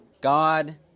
God